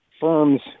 firms